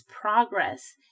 progress